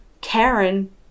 karen